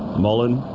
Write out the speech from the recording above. mullen,